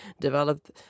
develop